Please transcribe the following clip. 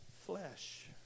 flesh